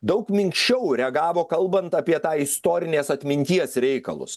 daug minkščiau reagavo kalbant apie tą istorinės atminties reikalus